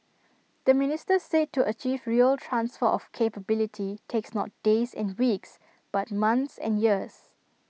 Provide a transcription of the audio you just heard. the minister said to achieve real transfer of capability takes not days and weeks but months and years